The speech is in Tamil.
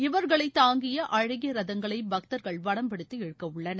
இவர்களை தாங்கிய அழகிய ரதங்களை பக்தர்கள் வடம் பிடித்து இழுக்க உள்ளனர்